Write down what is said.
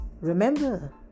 Remember